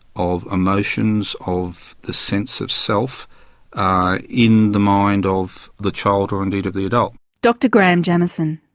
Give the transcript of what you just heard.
of emotions, of the sense of self are in the mind of the child or indeed of the adult. dr graham jamieson.